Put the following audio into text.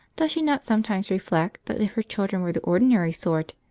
does she not sometimes reflect that if her children were the ordinary sort,